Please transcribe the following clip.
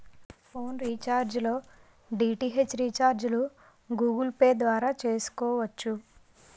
phone recharge లో DTH రీఛార్జిలు Google pay ద్వారా చేసుకోవచ్చు